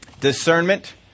discernment